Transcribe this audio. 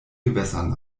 gewässern